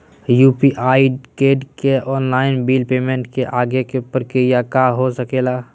UPI code से online bill payment के आगे के प्रक्रिया का हो सके ला?